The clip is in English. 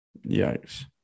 Yikes